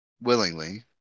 willingly